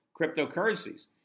cryptocurrencies